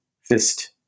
fist